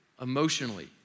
emotionally